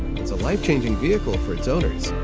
it's a life-changing vehicle for its owners.